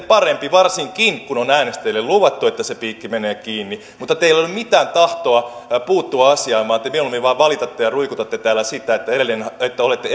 parempi varsinkin kun on äänestäjille luvattu että se piikki menee kiinni mutta teillä ei ole mitään tahtoa puuttua asiaan vaan te mieluummin vain valitatte ja ruikutatte täällä sitä että olette